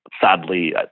sadly